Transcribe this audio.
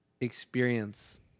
experience